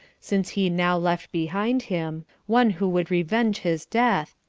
since he now left behind him one who would revenge his death,